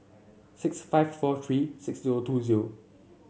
six five four three six zero two zero